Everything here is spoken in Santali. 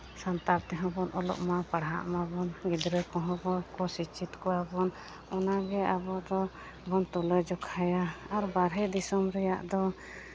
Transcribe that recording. ᱥᱟᱱᱛᱟᱲ ᱛᱮᱦᱚᱸ ᱵᱚᱱ ᱚᱞᱚᱜ ᱢᱟ ᱯᱟᱲᱦᱟᱜ ᱢᱟ ᱵᱚᱱ ᱜᱤᱫᱽᱨᱟᱹ ᱠᱚᱦᱚᱸ ᱵᱚᱱ ᱥᱚᱠᱪᱷᱤᱛ ᱠᱚᱣᱟ ᱵᱚᱱ ᱚᱱᱟ ᱜᱮ ᱟᱵᱚ ᱫᱚ ᱵᱚᱱ ᱛᱩᱞᱟᱹ ᱡᱚᱠᱷᱟᱭᱟ ᱟᱨ ᱵᱟᱨᱦᱮ ᱫᱤᱥᱚᱢ ᱨᱮᱭᱟᱜ ᱫᱚ